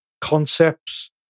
concepts